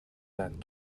that